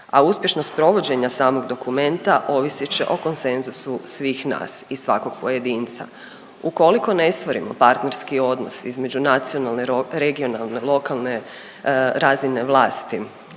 a uspješnost provođenja samog dokumenta ovisit će o konsenzusu svih nas i svakog pojedinca. Ukoliko ne stvorimo partnerski odnos između nacionalne, regionalne, lokalne razine vlasti